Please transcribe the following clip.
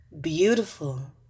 beautiful